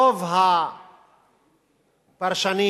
רוב הפרשנים